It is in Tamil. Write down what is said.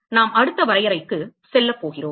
நாம் அடுத்த வரையறைக்கு செல்லப் போகிறோம்